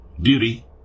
duty